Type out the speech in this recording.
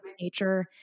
nature